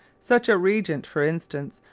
such a reagent, for instance,